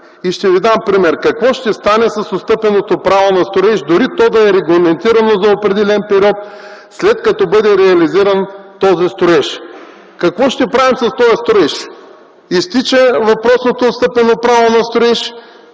и ще ви дам пример. Какво ще стане с отстъпеното право на строеж дори то да е регламентирано за определен период, след като бъде реализиран този строеж? Какво ще правим с този строеж? Изтича въпросното отстъпено право на строеж.